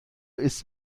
ist